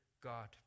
God